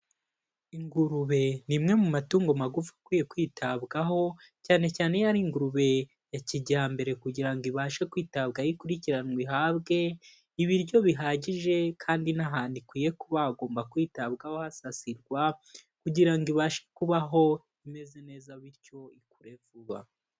Ingurube ni imwe mu matungo magufi akwiye kwitabwaho, cyane cyane iyo ari ingurube ya kijyambere kugira ngo ibashe kwitabwaho ikurikiranwe, ihabwe ibiryo bihagije kandi n'ahandi ikwiye kuba hagomba kwitabwaho hasasirwa kugira ngo ibashe kubaho imeze neza, bityo ikure vuba.